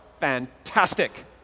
fantastic